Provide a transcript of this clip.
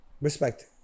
respect